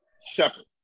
separate